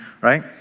right